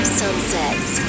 sunsets